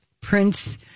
Prince